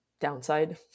downside